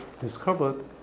discovered